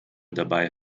dabei